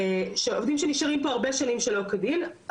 עובדים שנשארים פה הרבה שנים שלא כדין,